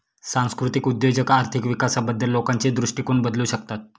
सांस्कृतिक उद्योजक आर्थिक विकासाबद्दल लोकांचे दृष्टिकोन बदलू शकतात